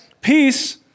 peace